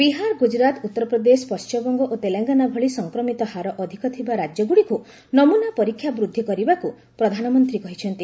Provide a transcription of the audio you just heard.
ବିହାର ଗୁଜରାତ ଉତ୍ତରପ୍ରଦେଶ ପଶ୍ଚିମବଙ୍ଗ ଓ ତେଲଙ୍ଗାନା ଭଳି ସଂକ୍ରମିତହାର ଅଧିକ ଥିବା ରାଜ୍ୟଗୁଡ଼ିକୁ ନମୁନା ପରୀକ୍ଷା ବୃଦ୍ଧି କରିବାକୁ ପ୍ରଧାନମନ୍ତ୍ରୀ କହିଛନ୍ତି